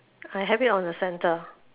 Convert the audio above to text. I have it on the centre